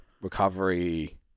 recovery